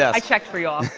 i checked for you all.